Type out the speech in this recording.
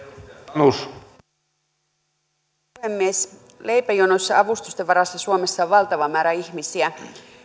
arvoisa herra puhemies leipäjonoissa avustusten varassa suomessa on valtava määrä ihmisiä